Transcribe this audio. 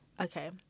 Okay